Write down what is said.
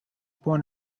born